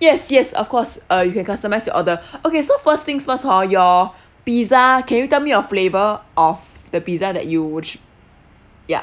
yes yes of course uh you can customise your order okay so first things first hor your pizza can you tell me your flavour of the pizza that you will cho~ ya